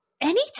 Anytime